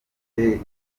iki